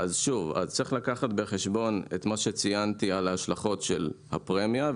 אז צריך לקחת בחשבון את מה שציינתי על השלכות הפרמיה.